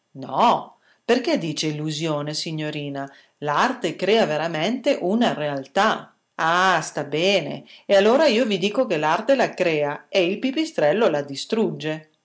no perché dice illusione signorina l'arte crea veramente una realtà ah sta bene e allora io mi dico che l'arte la crea e il pipistrello la distrugge